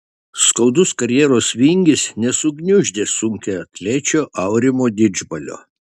skaudus karjeros vingis nesugniuždė sunkiaatlečio aurimo didžbalio